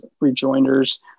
rejoinders